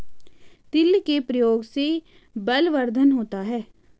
तिल के प्रयोग से बलवर्धन होता है